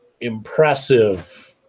impressive